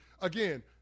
again